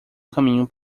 caminho